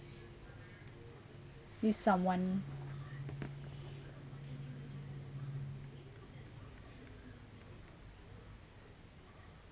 if someone